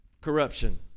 corruption